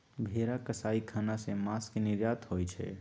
भेरा कसाई ख़ना से मास के निर्यात होइ छइ